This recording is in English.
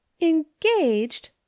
Engaged